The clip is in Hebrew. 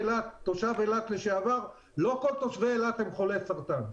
כתושב אילת לשעבר אני יכול להגיד שלא כל תושבי אילת הם חולי סרטן.